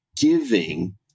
giving